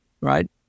right